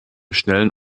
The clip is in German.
schnellen